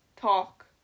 talk